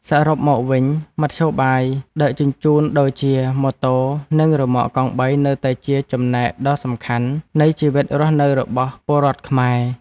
សរុបមកវិញមធ្យោបាយដឹកជញ្ជូនដូចជាម៉ូតូនិងរ៉ឺម៉កកង់បីនៅតែជាចំណែកដ៏សំខាន់នៃជីវិតរស់នៅរបស់ពលរដ្ឋខ្មែរ។